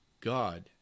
God